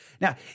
Now